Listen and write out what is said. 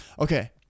Okay